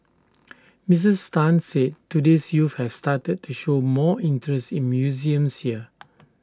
Missus Tan said today's youth have started to show more interest in museums here